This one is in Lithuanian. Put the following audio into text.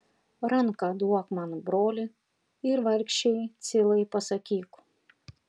ranką duok man broli ir vargšei cilai pasakyk